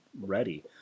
ready